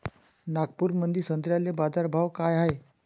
नागपुरामंदी संत्र्याले बाजारभाव काय हाय?